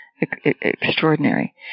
extraordinary